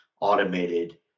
automated